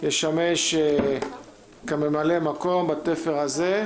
ישמש כממלא מקום בתפר הזה.